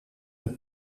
een